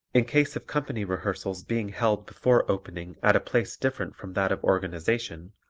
in case of company rehearsals being held before opening at a place different from that of organization,